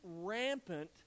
rampant